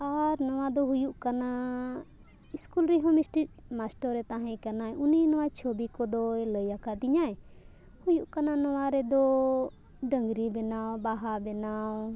ᱟᱨ ᱱᱚᱣᱟ ᱫᱚ ᱦᱩᱭᱩᱜ ᱠᱟᱱᱟ ᱥᱠᱩᱞ ᱨᱮᱦᱚᱸ ᱢᱤᱫᱴᱮᱱ ᱢᱟᱥᱴᱟᱨᱮ ᱛᱟᱦᱮᱸ ᱠᱟᱱᱟᱭ ᱩᱱᱤ ᱱᱚᱣᱟ ᱪᱷᱚᱵᱤ ᱠᱚᱫᱚᱭ ᱞᱟᱹᱭ ᱟᱠᱟᱫᱤᱧᱟᱭ ᱦᱩᱭᱩᱜ ᱠᱟᱱᱟ ᱱᱚᱣᱟ ᱨᱮᱫᱚ ᱰᱟᱹᱝᱨᱤ ᱵᱮᱱᱟᱣ ᱵᱟᱦᱟ ᱵᱮᱱᱟᱣ